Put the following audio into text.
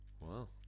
Wow